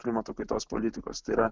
klimato kaitos politikos tai yra